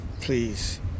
Please